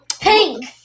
Pink